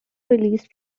released